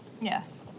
Yes